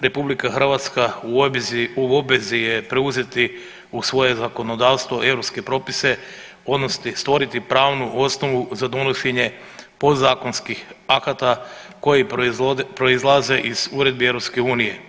RH u obvezi je preuzeti u svoje zakonodavstvo europske propise odnosno stvoriti pravnu osnovu za donošenje podzakonskih akata koji proizlaze iz uredbi EU.